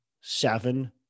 seven